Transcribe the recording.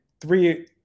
three –